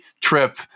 trip